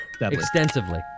extensively